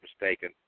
mistaken